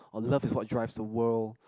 or love is what drives the world